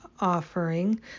offering